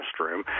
restroom